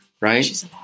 Right